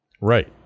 Right